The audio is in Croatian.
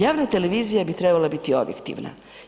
Javna televizija bi trebala biti objektivna.